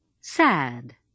sad